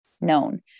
known